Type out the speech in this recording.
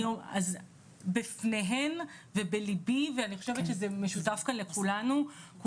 אז בפניהן ובליבי ואני חושבת שזה משותף כאן לכולנו,